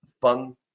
fun